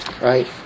Right